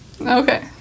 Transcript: Okay